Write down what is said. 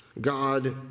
God